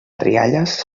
rialles